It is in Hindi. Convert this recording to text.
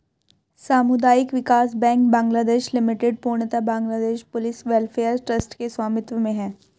सामुदायिक विकास बैंक बांग्लादेश लिमिटेड पूर्णतः बांग्लादेश पुलिस वेलफेयर ट्रस्ट के स्वामित्व में है